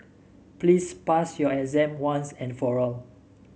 please pass your exam once and for all